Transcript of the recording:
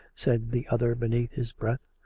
said the other beneath his breath.